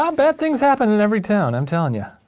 um bad things happen in every town, i'm tellin' ya.